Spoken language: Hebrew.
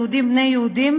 יהודים בני יהודים,